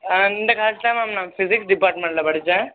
ஆ இந்த காலேஜ் தான் மேம் நான் பிசிக்ஸ் டிப்பாட்மன்டில் படிச்சேன்